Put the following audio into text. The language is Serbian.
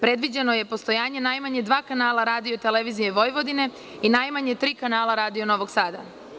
Predviđeno je postojanje najmanje dva kanala Radio i televizije Vojvodine i najmanje tri kanala Radio Novog Sada.